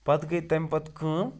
پَتہٕ گٔے تَمہِ پَتہٕ کٲم